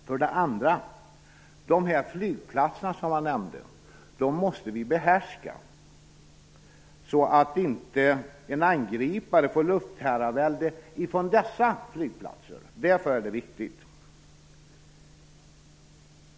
Dessutom måste vi behärska de flygplatser jag nämnde så att inte en angripare får luftherravälde från dessa. Därför är de viktigt.